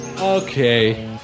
Okay